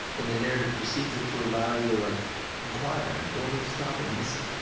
and the narrative precedes it to allow you to like inquire, and like, well, let me stop and listen.